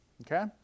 Okay